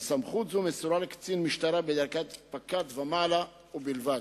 וסמכות זו מסורה לקצין משטרה בדרגת פקד ומעלה בלבד.